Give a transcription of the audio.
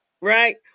Right